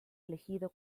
elegido